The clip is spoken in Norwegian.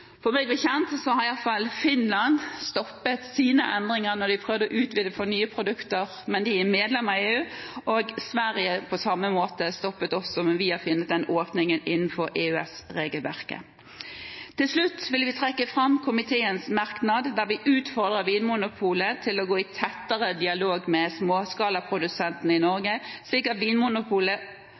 Meg bekjent har i alle fall Finland stoppet sine endringer når de har prøvd å utvide for nye produkter – men de er medlem av EU – og Sverige stoppet sine, på samme måte, men vi har funnet en åpning innenfor EØS-regelverket. Til slutt vil vi trekke fram komiteens merknad der vi utfordrer Vinmonopolet til å gå i tettere dialog med småskalaprodusentene i Norge, slik at Vinmonopolet